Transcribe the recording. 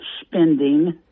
spending